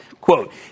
Quote